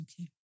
Okay